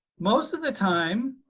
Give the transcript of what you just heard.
most of the time,